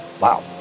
wow